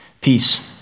Peace